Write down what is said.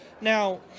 Now